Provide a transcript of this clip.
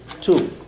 Two